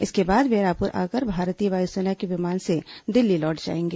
इसके बाद वे रायपुर आकर भारतीय वायुसेना के विमान से दिल्ली लौट जाएंगे